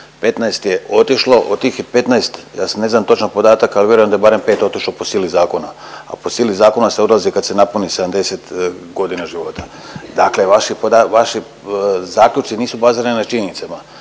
15 je otišlo od tih 15 ja sad ne znam točno podatak ali vjerujem da je barem 5 otišlo po sili zakona, a po sili zakona se odlazi kad se napuni 70 godina života. Dakle, vaši poda… vaši zaključci nisu bazirani na činjenicama.